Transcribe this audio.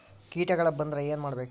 ಕೇಟಗಳ ಬಂದ್ರ ಏನ್ ಮಾಡ್ಬೇಕ್?